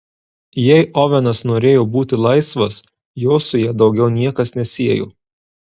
jei ovenas norėjo būti laisvas jo su ja daugiau niekas nesiejo